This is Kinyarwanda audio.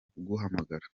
kuguhamagara